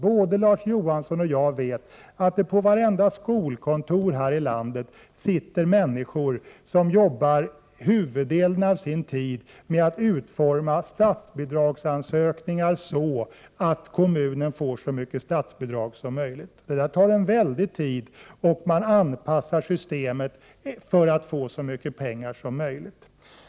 Både Larz Johansson och jag vet att det på varenda skolkontor här i landet sitter människor, som ägnar huvuddelen av sin tid åt att utforma statsbidragsansökningar så, att kommunen får så mycket statsbidrag som möjligt. Det tar en väldig tid och man anpassar systemet för att få så mycket pengar som möjligt.